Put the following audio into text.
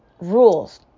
rules